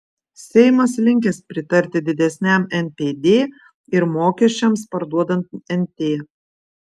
seimas linkęs pritarti didesniam npd ir mokesčiams parduodant nt